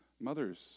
mothers